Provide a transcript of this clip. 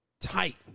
tight